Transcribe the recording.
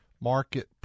market